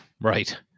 Right